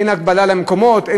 אין הגבלה למקומות מסוימים?